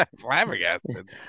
Flabbergasted